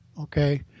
okay